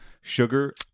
sugar